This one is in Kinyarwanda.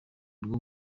rwo